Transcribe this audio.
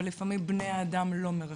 אבל לפעמים בני האדם לא מרחמים.